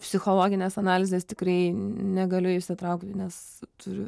psichologines analizes tikrai negaliu įsitraukti nes turiu